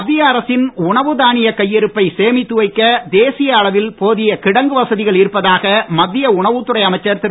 மத்திய அரசின் உணவு தானிய கையிருப்பை சேமித்து வைக்க தேசிய அளவில் போதிய கிடங்கு வசதிகள் இருப்பதாக மத்திய உணவுத் துறை அமைச்சர் திரு